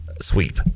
Sweep